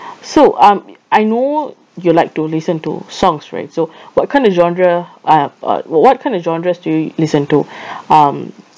so um I know you like to listen to songs right so what kind of genre uh uh wh~ what kind of genres do you listen to um